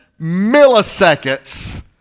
milliseconds